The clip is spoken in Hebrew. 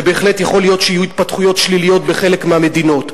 ובהחלט יכול להיות שיהיו התפתחויות שליליות בחלק מהמדינות.